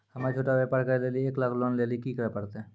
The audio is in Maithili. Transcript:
हम्मय छोटा व्यापार करे लेली एक लाख लोन लेली की करे परतै?